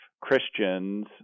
Christians